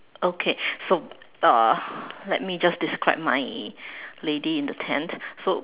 okay so uh let me just describe my lady in the tent so